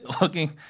looking